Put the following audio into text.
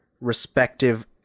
respective